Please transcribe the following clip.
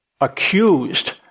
accused